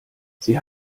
sie